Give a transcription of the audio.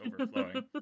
overflowing